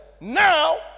Now